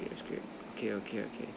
that's great okay okay okay